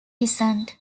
descent